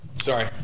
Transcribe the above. Sorry